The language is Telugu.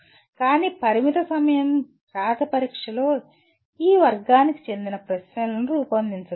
కానీ పరిమిత సమయం రాత పరీక్షలో ఈ వర్గానికి చెందిన ప్రశ్నలను రూపొందించగలమా